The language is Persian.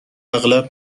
اغلب